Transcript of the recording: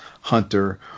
Hunter